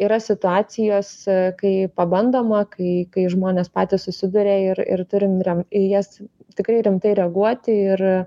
yra situacijos kai pabandoma kai kai žmonės patys susiduria ir ir turim rem į jas tikrai rimtai reaguoti ir